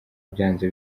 byanze